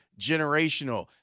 generational